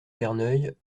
verneuil